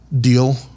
deal